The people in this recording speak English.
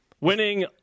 Winning